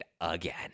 again